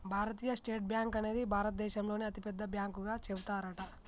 భారతీయ state bank అనేది భారత దేశంలోనే అతి పెద్ద బ్యాంకు గా చెబుతారట